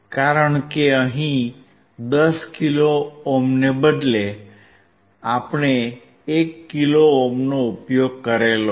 કારણ કે અહીં 10 કિલો ઓહ્મને બદલે આપણે 1 કિલો ઓહ્મનો ઉપયોગ કર્યો છે